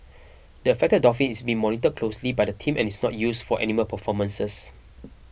the affected dolphin is being monitored closely by the team and is not used for animal performances